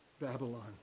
Babylon